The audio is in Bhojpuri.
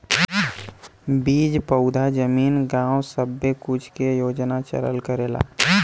बीज पउधा जमीन गाव सब्बे कुछ के योजना चलल करेला